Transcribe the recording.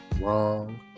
Wrong